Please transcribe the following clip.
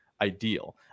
ideal